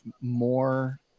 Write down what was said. more